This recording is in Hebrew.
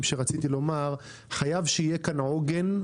חייב שיהיה כאן עוגן.